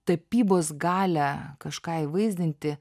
tapybos galią kažką įvaizdinti